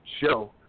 show